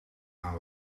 gaan